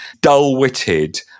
dull-witted